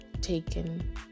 taken